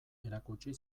erakutsi